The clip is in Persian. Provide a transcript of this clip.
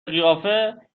قیافه